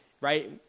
right